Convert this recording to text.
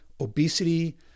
obesity